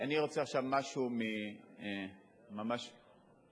אני רוצה עכשיו לומר משהו ממש משלי.